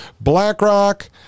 BlackRock